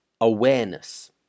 awareness